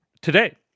today